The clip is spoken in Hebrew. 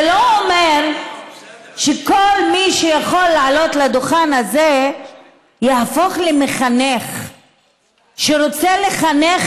זה לא אומר שכל מי שיכול לעלות לדוכן הזה יהפוך למחנך שרוצה לחנך